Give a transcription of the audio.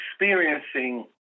experiencing